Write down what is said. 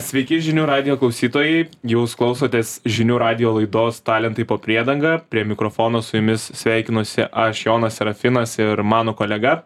sveiki žinių radijo klausytojai jūs klausotės žinių radijo laidos talentai po priedanga prie mikrofono su jumis sveikinuosi aš jonas serafinas ir mano kolega